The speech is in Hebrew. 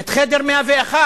את חדר 101,